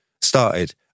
started